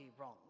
wrong